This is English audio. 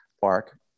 park